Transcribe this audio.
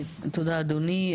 תודה אדוני.